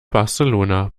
barcelona